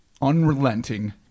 Unrelenting